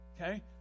Okay